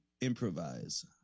improvise